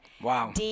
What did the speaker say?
Wow